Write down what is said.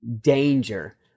danger